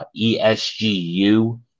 ESGU